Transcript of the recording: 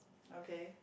okay